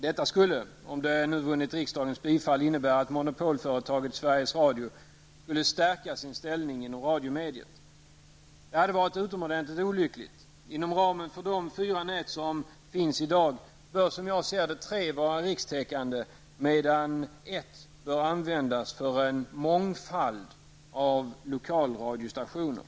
Detta skulle, om det vinner riksdagens bifall, innebära att monopolföretaget Sveriges Radio skulle stärka sin ställning inom radiomediet. Detta vore utomordentligt olyckligt. Inom ramen för de fyra nät som finns i dag bör, som jag ser det, tre vara rikstäckande medan ett bör användas för en mångfald av lokalradiostationer.